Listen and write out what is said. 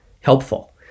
helpful